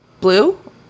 Blue